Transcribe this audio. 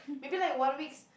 maybe like one weeks